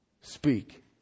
speak